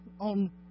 on